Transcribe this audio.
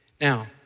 Now